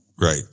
Right